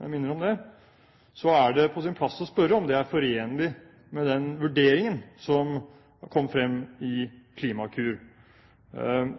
jeg minner om det – er det på sin plass å spørre om det er forenlig med den vurderingen som kom frem i Klimakur.